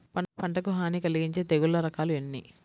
పంటకు హాని కలిగించే తెగుళ్ళ రకాలు ఎన్ని?